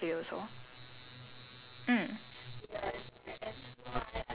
ya maybe that's why your skin is improving cause like you do the cleansing properly also